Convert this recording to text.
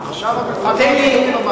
עכשיו המבחן האמיתי.